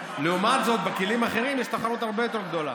לעומת זאת, בכלים אחרים יש תחרות הרבה יותר גדולה.